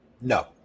No